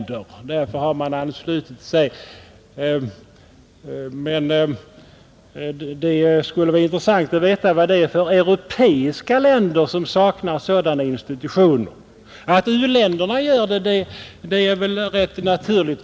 Det skulle vara intressant att veta vad det är för europeiska länder som saknar sådana institutioner. Att u-länderna gör det är väl rätt naturligt.